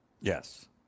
Yes